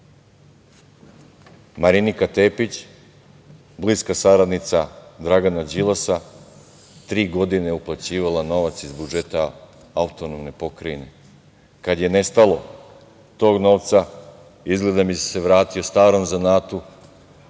Marinika Tepić, bliska saradnica Dragana Đilasa, tri godine je uplaćivala novac iz budžeta AP. Kad je nestalo tog novca, izgleda da se vratio starom zanatu